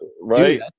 right